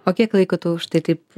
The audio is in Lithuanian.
o kiek laiko tu štai taip